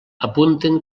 apunten